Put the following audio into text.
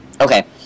Okay